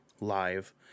live